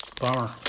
Bummer